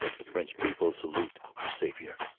the french people salute our savior